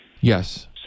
Yes